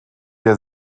der